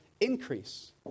increase